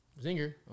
Zinger